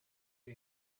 who